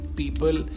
people